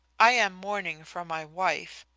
i am mourning for my wife.